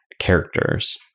characters